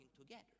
together